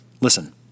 Listen